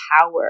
power